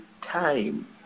Time